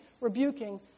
rebuking